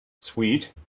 sweet